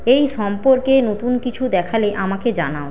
এই সম্পর্কে নতুন কিছু দেখালে আমাকে জানাও